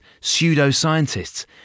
pseudoscientists